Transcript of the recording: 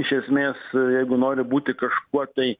iš esmės jeigu nori būti kažkuo tai